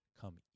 come